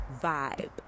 vibe